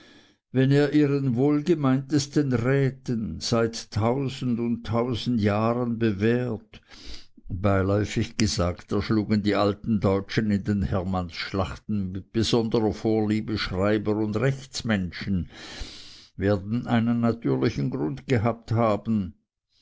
wenn er ihren wohlgemeintesten räten seit tausend und tausend jahren bewährt beiläufig gesagt erschlugen die alten deutschen in den hermannsschlachten mit besonderer vorliebe schreiber und rechtsmenschen werden einen natürlichen grund gehabt haben